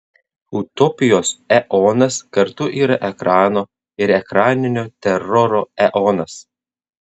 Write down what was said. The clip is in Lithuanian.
utopijos eonas kartu yra ekrano ir ekraninio teroro eonas